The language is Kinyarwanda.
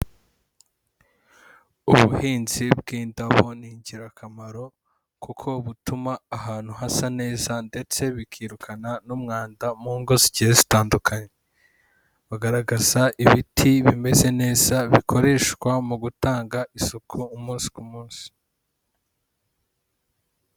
Ubuhinzi bw'indabo ni ingirakamaro kuko butuma ahantu hasa neza ndetse bikirukana n'umwanda mu ngo zigiye zitandukanye, bagaragaza ibiti bimeze neza bikoreshwa mu gutanga isuku umunsi ku munsi.